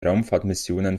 raumfahrtmissionen